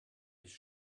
ich